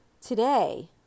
Today